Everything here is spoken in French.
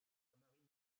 marine